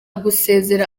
gusezera